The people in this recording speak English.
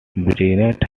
brainerd